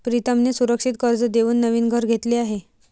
प्रीतमने सुरक्षित कर्ज देऊन नवीन घर घेतले आहे